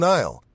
Nile